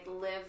live